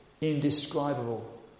indescribable